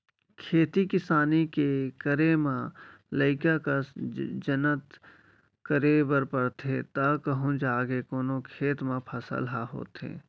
खेती किसानी के करे म लइका कस जनत करे बर परथे तव कहूँ जाके कोनो खेत म फसल ह होथे